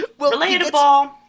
relatable